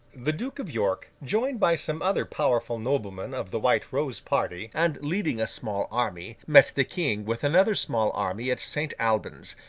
the duke of york, joined by some other powerful noblemen of the white rose party, and leading a small army, met the king with another small army at st. alban's,